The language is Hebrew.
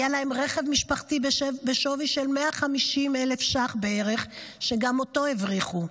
היה להם רכב משפחתי בשווי של 150,000 ש"ח בערך שגם אותו הבריחו.